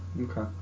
Okay